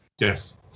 Yes